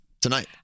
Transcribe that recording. tonight